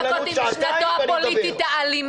הוא לא יכול לחכות עם משנתו הפוליטית האלימה.